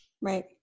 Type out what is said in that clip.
Right